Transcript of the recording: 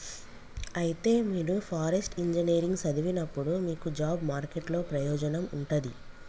అయితే మీరు forest engineering సదివినప్పుడు మీకు జాబ్ మార్కెట్ లో ప్రయోజనం ఉంటది